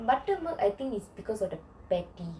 buttermilk I think it's because of the patty